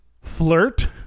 flirt